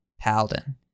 Paladin